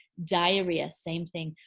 diarrhea same thing.